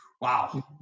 Wow